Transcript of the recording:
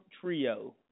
trio